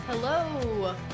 Hello